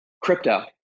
crypto